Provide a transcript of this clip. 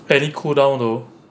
barely cool down though